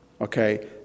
okay